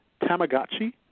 Tamagotchi